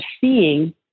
seeing